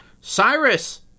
Cyrus